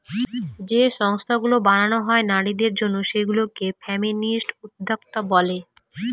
যে সংস্থাগুলো বানানো হয় নারীদের জন্য সেগুলা কে ফেমিনিস্ট উদ্যোক্তা বলে